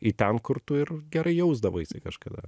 į ten kur tu ir gerai jausdavaisi kažkada